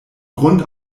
grund